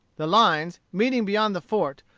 the lines, meeting beyond the fort,